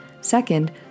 Second